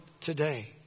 today